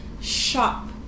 shop